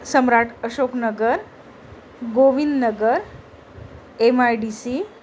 Samrat Ashoknagar Govindnagar M I D C